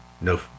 no